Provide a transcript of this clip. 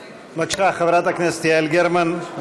בבקשה, חברת הכנסת יעל גרמן.